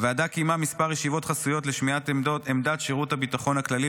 הוועדה קיימה כמה ישיבות חסויות לשמיעת עמדת שירות הביטחון הכללי,